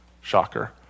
Shocker